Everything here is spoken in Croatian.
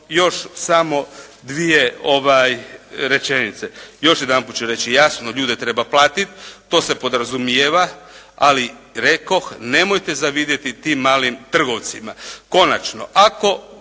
još samo dvije rečenice. Još jedanput ću reći jasno ljude treba platiti. To se podrazumijeva. Ali rekoh nemojte zavidjeti tim malim trgovcima. Konačno